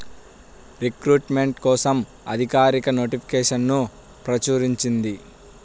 recruitment కోసం అధికారిక నోటిఫికేషన్ను ప్రచురించింది